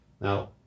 Now